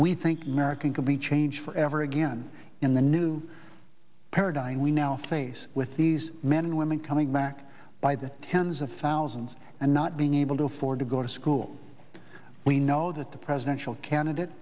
we think american can be changed forever again in the new paradigm we now face with these men and women coming back by the tens of thousands and not being able to afford to go to school we know that the presidential candidate